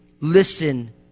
listen